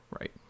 Right